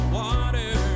water